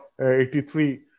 83